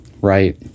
right